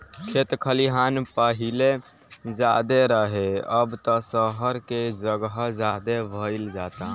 खेत खलिहान पाहिले ज्यादे रहे, अब त सहर के जगह ज्यादे भईल जाता